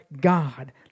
God